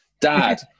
dad